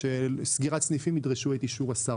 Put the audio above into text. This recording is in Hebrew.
שסגירת סניפים ידרשו את אישור השר.